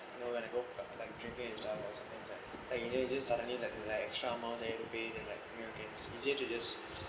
you know when I go like drinking and stuff like sometimes right like you know you just suddenly like like extra more than you to pay then like you know can it's easier to just